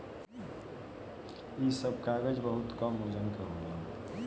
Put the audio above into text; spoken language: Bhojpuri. इ सब कागज बहुत कम वजन के होला